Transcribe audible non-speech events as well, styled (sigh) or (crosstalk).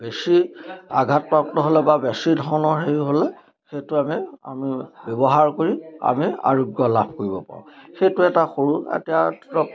বেছি আঘাতপ্ৰাপ্ত হ'লে বা বেছি ধনৰ হেৰি হ'লে সেইটো আমি আমি ব্যৱহাৰ কৰি আমি আৰোগ্য লাভ কৰিব পাৰোঁ সেইটো এটা সৰু এতিয়া (unintelligible)